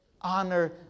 Honor